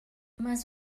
mas